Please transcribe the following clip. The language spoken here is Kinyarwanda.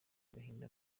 agahinda